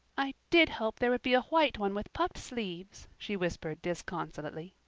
i did hope there would be a white one with puffed sleeves, she whispered disconsolately.